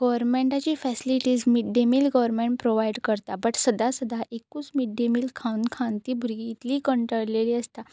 गवर्मेंटाची facilities midday meal government provide करता but सदां सदां एकूच मिडडे मील खावन खावन ती भुरगीं इतली कंटळलेलीं आसता